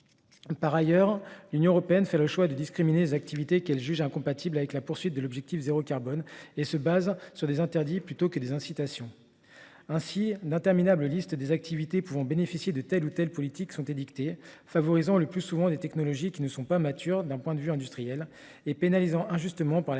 Par ailleurs, l’Union européenne fait le choix de discriminer les activités qu’elle juge incompatibles avec la poursuite de l’objectif zéro carbone en s’appuyant sur des interdictions plutôt que sur des incitations. Ainsi, d’interminables listes d’activités pouvant bénéficier de telle ou telle politique sont édictées, favorisant le plus souvent des technologies non matures d’un point de vue industriel et pénalisant injustement, par la